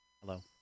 Hello